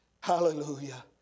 Hallelujah